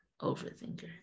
overthinker